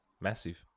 Massive